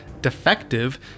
defective